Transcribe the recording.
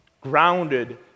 grounded